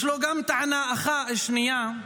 יש לו טענה שנייה,